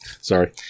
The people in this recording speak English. Sorry